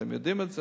אתם יודעים את זה.